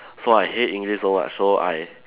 so I hate English so much so I